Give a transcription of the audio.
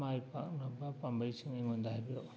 ꯃꯥꯏ ꯄꯥꯛꯅꯕ ꯄꯥꯝꯕꯩꯁꯤꯡ ꯑꯩꯉꯣꯟꯗ ꯍꯥꯏꯕꯤꯔꯛꯎ